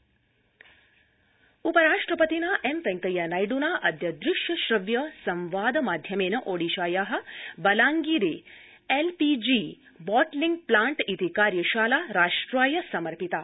उपराष्ट्रपति उपराष्ट्रपतिना एम् वैंकैया नायड्नाद्य दृश्य श्रव्य सम्वाद माध्यमेन ओडिशाया बलांगीर एल् पीजीबॉटलिंग् प्लांट् इति कार्यशाला राष्ट्राय समर्पिता